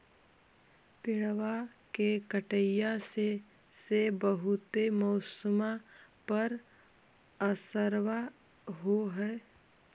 पेड़बा के कटईया से से बहुते मौसमा पर असरबा हो है?